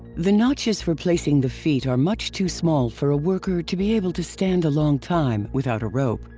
the notches for placing the feet are much too small for a worker to be able to stand a long time, without a rope,